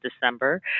December